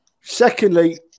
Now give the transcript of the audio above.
secondly